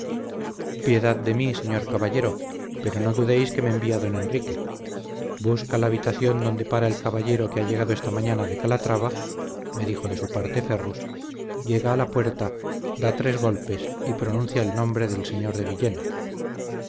piedad de mí señor caballero pero no dudéis que me envía don enrique busca la habitación donde para el caballero que ha llegado esta mañana de calatrava me dijo de su parte ferrus llega a la puerta da tres golpes y pronuncia el nombre del señor de villena